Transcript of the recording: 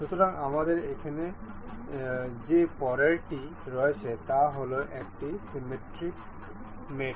সুতরাং আমাদের এখানে যে পরেরটি রয়েছে তা হল একটি সিমিট্রিক মেট